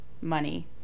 money